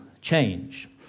change